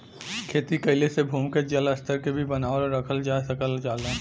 खेती कइले से भूमिगत जल स्तर के भी बनावल रखल जा सकल जाला